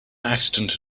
accident